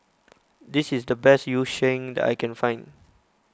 this is the best Yu Sheng that I can find